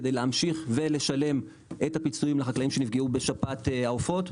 כדי להמשיך ולשלם את הפיצויים לחקלאים שנפגעו בשפעת העופות,